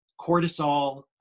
cortisol